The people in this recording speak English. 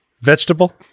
vegetable